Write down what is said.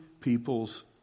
people's